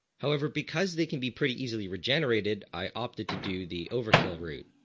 however because they can be pretty easily regenerated i opted to do the overkill route.